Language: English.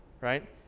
right